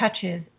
touches